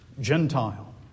Gentile